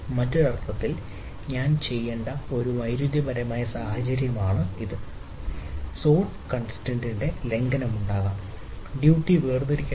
മറ്റൊരു അർത്ഥത്തിൽ ഞാൻ ചെയ്യേണ്ട ഒരു വൈരുദ്ധ്യപരമായ സാഹചര്യമാണ് ഞാൻ ചെയ്തത്